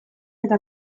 eta